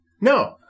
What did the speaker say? No